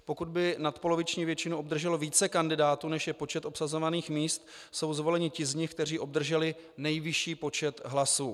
Pokud by nadpoloviční většinu obdrželo více kandidátů, než je počet obsazovaných míst, jsou zvoleni ti z nich, kteří obdrželi nejvyšší počet hlasů.